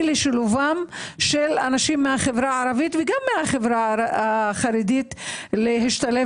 לשילובם של אנשים מהחברה הערבית וגם מהחברה החרדית להשתלב